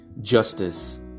justice